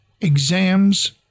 exams